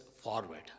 forward